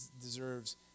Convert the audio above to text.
deserves